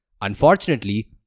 Unfortunately